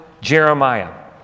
Jeremiah